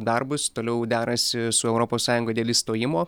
darbus toliau derasi su europos sąjunga dėl įstojimo